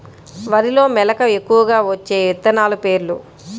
వరిలో మెలక ఎక్కువగా వచ్చే విత్తనాలు పేర్లు?